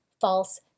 false